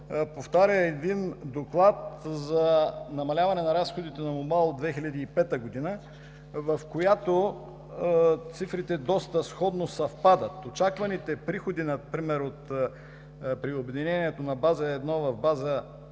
повтаря един доклад за намаляване на разходите на МБАЛ за 2005 г., в която цифрите доста сходно съвпадат. Очакваните приходи, например, при обединението на база две към база